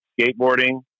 skateboarding